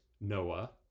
Noah